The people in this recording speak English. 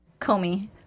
Comey